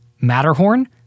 Matterhorn